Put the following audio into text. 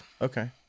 Okay